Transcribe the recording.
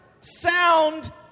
sound